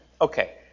Okay